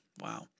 wow